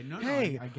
hey